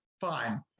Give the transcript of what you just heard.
Fine